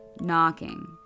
knocking